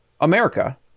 America